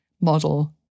model